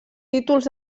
títols